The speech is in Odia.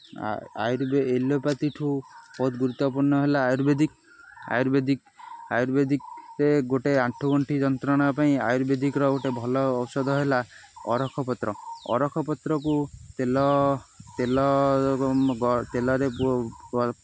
ଏଲୋପାଥିଠୁ ବହୁତ ଗୁରୁତ୍ୱପୂର୍ଣ୍ଣ ହେଲା ଆୟୁର୍ବେଦିକ ଆୟୁର୍ବେଦିକ ଆୟୁର୍ବେଦିକରେ ଗୋଟେ ଆଣ୍ଠୁଗଣ୍ଠି ଯନ୍ତ୍ରଣା ପାଇଁ ଆୟୁର୍ବେଦିକର ଗୋଟେ ଭଲ ଔଷଧ ହେଲା ଅରଖ ପତ୍ର ଅରଖ ପତ୍ରକୁ ତେଲ ତେଲ ତେଲରେ